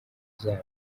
zabo